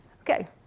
Okay